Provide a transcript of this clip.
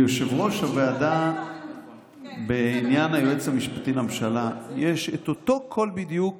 ליושב-ראש הוועדה בעניין היועץ המשפטי לממשלה יש את אותו קול בדיוק